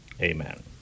Amen